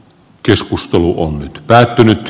keskustelu on päättynyt